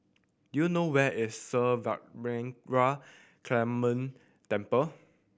do you know where is Sri Vadapathira Kaliamman Temple